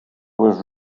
was